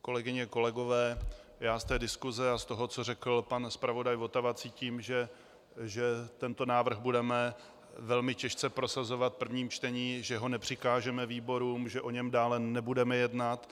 Kolegyně, kolegové, já z té diskuse a z toho, co řekl pan zpravodaj Votava, cítím, že tento návrh budeme velmi těžce prosazovat v prvním čtení, že ho nepřikážeme výborům, že o něm dále nebudeme jednat.